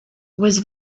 was